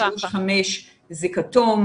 שלוש עד חמש זה כתום,